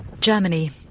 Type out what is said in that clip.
Germany